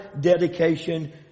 dedication